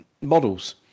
Models